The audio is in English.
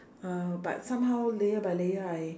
uh but somehow layer by layer I